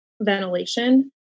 ventilation